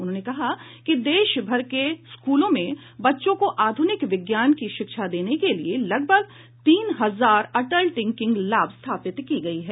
उन्होंने कहा कि देशभर के स्कूलों में बच्चों को आधुनिक विज्ञान की शिक्षा देने के लिए लगभग तीन हजार अटल टिंकरिंग लैब स्थापित की गई हैं